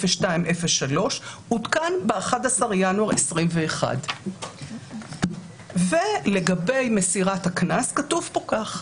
01.02.03. עודכן ב-11 בינואר 2021. לגבי מסירת הקנס כתוב פה כך: